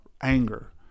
anger